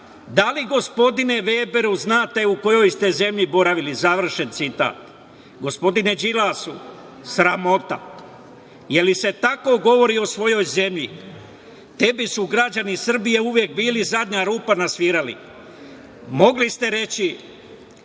„Da li gospodine Veberu znate u kojoj ste zemlji boravili?“, završen citat. Gospodine Đilasu, sramota. Da li se tako govori o svojoj zemlji? Tebi su građani Srbije uvek bili zadnja rupa na svirali. Moli ste reći,